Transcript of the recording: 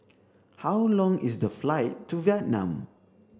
how long is the flight to Vietnam